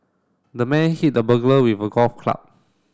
the man hit the burglar with a golf club